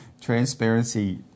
Transparency